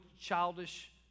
childish